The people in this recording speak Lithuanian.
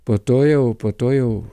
po to jau po to jau